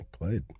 Played